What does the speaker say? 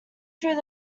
through